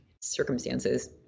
circumstances